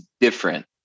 different